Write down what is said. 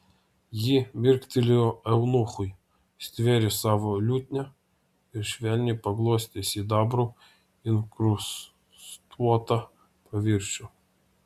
ji mirktelėjo eunuchui stvėrė savo liutnią ir švelniai paglostė sidabru inkrustuotą paviršių